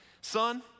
son